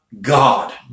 God